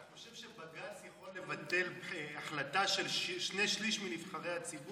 אתה חושב שבג"ץ יכול לבטל החלטה של שני שלישים מנבחרי הציבור?